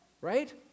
right